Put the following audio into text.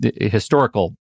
historical